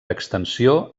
extensió